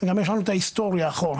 גם יש לנו את ההיסטוריה אחורה.